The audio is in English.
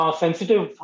sensitive